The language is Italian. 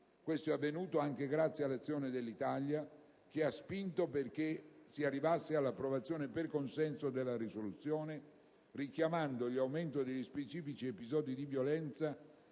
Ciò è avvenuto anche grazie all'azione dell'Italia, che ha spinto perché si arrivasse all'approvazione per consenso della risoluzione, richiamando l'aumento degli specifici episodi di violenza